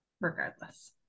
regardless